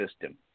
system